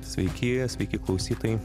sveiki sveiki klausytojai